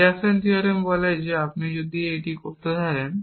deduction theorem বলে যে আপনি যদি এটি করতে পারেন